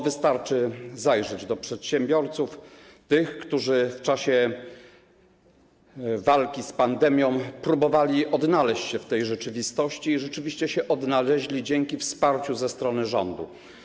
Wystarczy przyjrzeć się sytuacji przedsiębiorców, tych, którzy w czasie walki z pandemią próbowali odnaleźć się w tej rzeczywistości i rzeczywiście się odnaleźli dzięki wsparciu ze strony rządu.